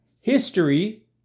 History